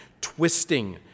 twisting